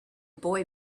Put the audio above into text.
boy